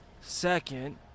second